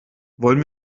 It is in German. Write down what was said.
wollen